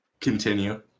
Continue